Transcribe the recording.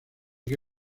que